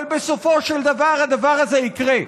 אבל בסופו של דבר הדבר הזה יקרה,